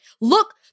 Look-